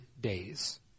days